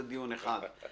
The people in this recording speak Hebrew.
זה דיון אחד.